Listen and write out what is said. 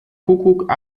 kuckuck